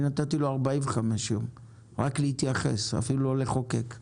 אני נתתי לו 45 ימים רק להתייחס, אפילו לא לחוקק,